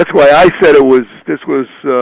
why i said it was. this was